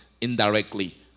indirectly